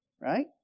right